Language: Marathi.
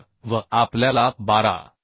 तर V आपल्याला 12